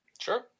Sure